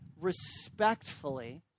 respectfully